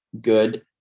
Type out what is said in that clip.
good